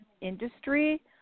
industry